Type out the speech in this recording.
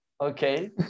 Okay